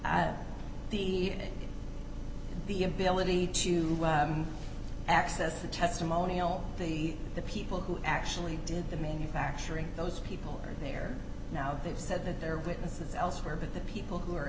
and the ability to access the testimony all the the people who actually did the manufacturing those people are there now they've said that there are witnesses elsewhere but the people who are